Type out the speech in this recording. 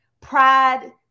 pride